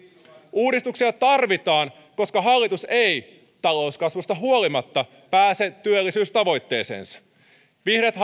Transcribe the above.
uudistuksia tarvitaan koska hallitus ei talouskasvusta huolimatta pääse työllisyystavoitteeseensa vihreät